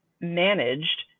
managed